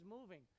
moving